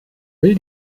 will